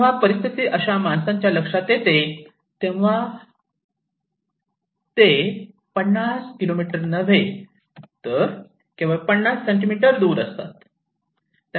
जेव्हा परिस्थिती अशा माणसांच्या लक्षात येते तेव्हा हा ते 50 किलोमीटर नव्हे तर केवळ 50 सेंटीमीटर दूर असतात